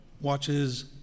watches